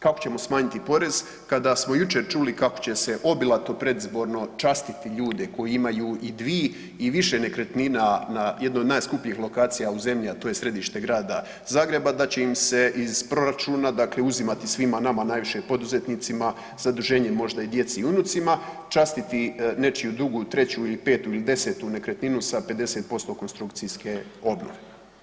Kako ćemo smanjiti porez kada smo jučer čuli kako će se obilato predizborno častiti ljude koji imaju i dvije ili više nekretnina na jednoj od najskupljih lokacija u zemlji, a to je središte Grada Zagreba da će im se iz proračuna, uzimati svima nama, a najviše poduzetnicima zaduženje, možda i djeci i unucima, častiti nečiju drugu, treću, petu ili desetu nekretninu sa 50% konstrukcijske obnove.